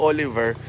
Oliver